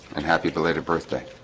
and happy belated birthday